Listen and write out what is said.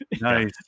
Nice